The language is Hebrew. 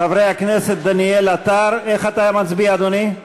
חבר הכנסת דניאל עטר, איך אתה מצביע, אדוני?